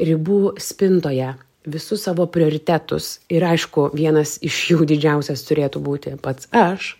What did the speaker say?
ribų spintoje visus savo prioritetus ir aišku vienas iš jų didžiausias turėtų būti pats aš